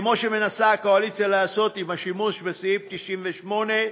כמו שהקואליציה מנסה לעשות בשימוש בסעיף 98,